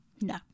No